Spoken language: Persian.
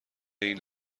این